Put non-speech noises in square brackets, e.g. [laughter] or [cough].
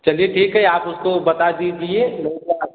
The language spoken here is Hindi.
चलिए ठीक है आप उसको बता दीजिए [unintelligible]